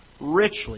richly